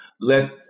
let